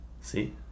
see